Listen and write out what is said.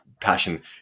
passion